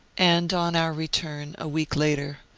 and on our return, a week later,